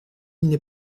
n’est